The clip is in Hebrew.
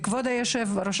כבוד היושב-ראש,